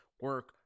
Work